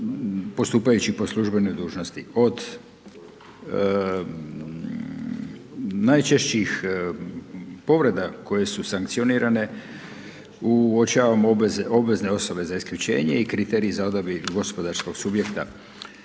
postupajući po službenoj dužnosti. Od najčešćih povreda koje su sankcionirane uočavamo obveze, obvezne osobe za isključenje i kriterij za odabir gospodarskog subjekta.